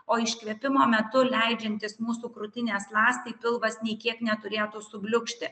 o iškvėpimo metu leidžiantis mūsų krūtinės ląstai pilvas nei kiek neturėtų subliūkšti